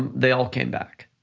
they all came back.